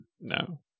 no